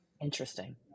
Interesting